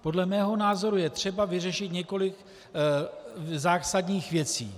Podle mého názoru je třeba vyřešit několik zásadních věcí.